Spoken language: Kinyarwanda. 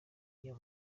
iyo